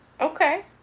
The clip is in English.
okay